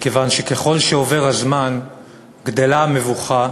מכיוון שככל שעובר הזמן גדלה המבוכה